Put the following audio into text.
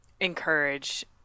encourage